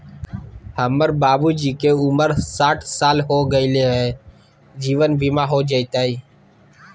हमर बाबूजी के उमर साठ साल हो गैलई ह, जीवन बीमा हो जैतई?